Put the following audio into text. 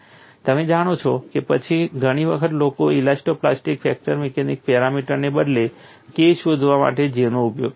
તમે જાણો છો કે ઘણી વખત લોકો ઇલાસ્ટો પ્લાસ્ટિક ફ્રેક્ચર મિકેનિક્સ પેરામીટરને બદલે K શોધવા માટે J નો વધારે ઉપયોગ કરે છે